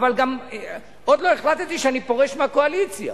אבל גם עוד לא החלטתי שאני פורש מהקואליציה,